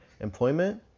employment